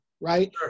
Right